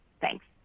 thanks